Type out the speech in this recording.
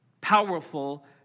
Powerful